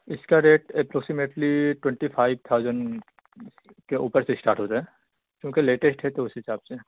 اس کا rate approximately twenty five thousand کے اوپر سے اسٹاٹ ہوتا ہے کیونکہ لیٹیسٹ ہے تو اس حساب سے